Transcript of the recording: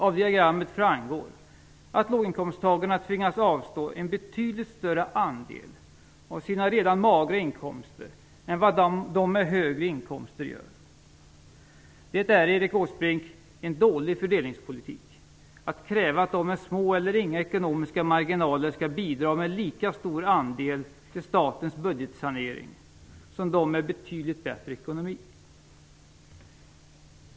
Av diagrammet framgår att låginkomsttagarna tvingas avstå från en betydligt större andel av sina redan magra inkomster än vad de med högre inkomster gör. Det är, Erik Åsbrink, en dålig fördelningspolitik att kräva att de med små eller inga ekonomiska marginaler, skall bidra med lika stor andel till statens budgetsanering, som de med betydligt bättre ekonomi gör.